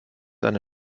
eine